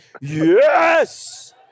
yes